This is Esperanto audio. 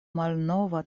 malnova